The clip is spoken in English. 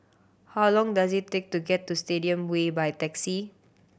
how long does it take to get to Stadium Way by taxi